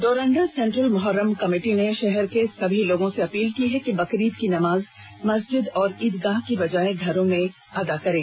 Doranda central Muharram committee ने शहर के तमाम लोगों सें अपील की है कि बकरीद की नमाज मस्जिद और ईदगाह की बजाय घर में अदा करें